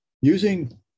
Using